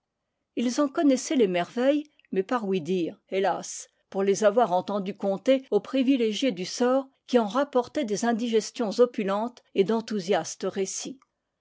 ils en con naissaient les merveilles mais par ouï-dire hélas pour les avoir entendu conter aux privilégiés du sort qui en rappor taient des indigestions opulentes et d'enthousiastes récits